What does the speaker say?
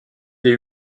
des